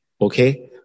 Okay